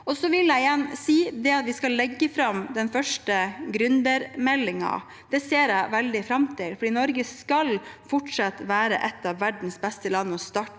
igjen si: Det at vi skal legge fram den første gründermeldingen, ser jeg veldig fram til, for Norge skal fortsatt være et av verdens beste land å starte